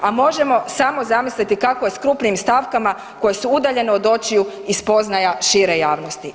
A možemo samo zamisliti kako je s krupnijim stavkama koje su udaljene od očiju i spoznaja šire javnosti.